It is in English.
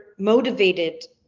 Motivated